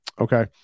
Okay